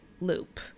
loop